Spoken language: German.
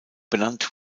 benannt